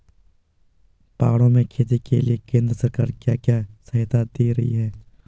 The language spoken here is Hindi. पहाड़ों में खेती के लिए केंद्र सरकार क्या क्या सहायता दें रही है?